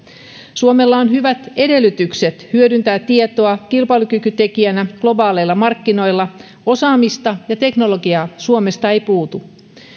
suomella on hyvät edellytykset hyödyntää tietoa kilpailukykytekijänä globaaleilla markkinoilla osaamista ja teknologiaa suomesta ei puutu